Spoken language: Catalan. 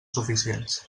suficients